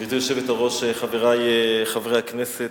גברתי היושבת-ראש, חברי חברי הכנסת,